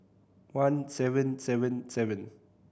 one seven seven seven